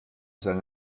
seinen